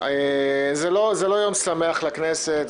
זה לא יום שמח לכנסת.